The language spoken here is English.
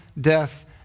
death